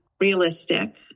realistic